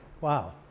Wow